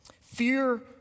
Fear